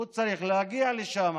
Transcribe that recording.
הוא צריך להגיע לשם.